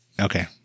Okay